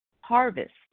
harvest